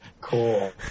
Cool